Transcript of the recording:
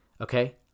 Okay